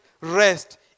rest